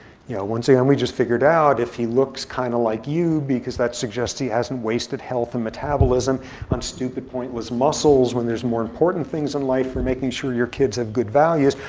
yeah once again, we just figured out, if he looks kind of like you. because that suggests he hasn't wasted health and metabolism on stupid, pointless muscles when there's more important things in life for making sure your kids have good values.